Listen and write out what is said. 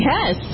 Yes